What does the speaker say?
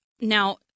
now